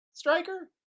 striker